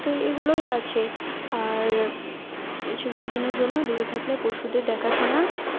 তো এগুলোই আছে আর কিছুদিনের জন্য দূরে থাকলে পশুদের দেখাশোনা